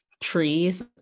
trees